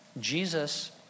Jesus